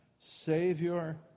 Savior